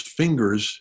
fingers